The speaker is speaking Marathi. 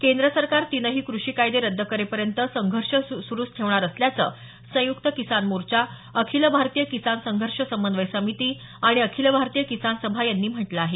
केंद्र सरकार तीनही कृषी कायदे रद्द करेपर्यंत संघर्ष सुरूच ठेवणार असल्याचं संयुक्त किसान मोर्चा अखिल भारतीय किसान संघर्ष समन्वय समिती आणि अखिल भारतीय किसान सभा यांनी म्हटलं आहे